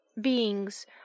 beings